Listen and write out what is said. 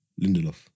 Lindelof